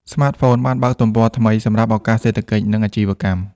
ស្មាតហ្វូនបានបើកទំព័រថ្មីសម្រាប់ ឱកាសសេដ្ឋកិច្ច និងអាជីវកម្ម។